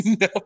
No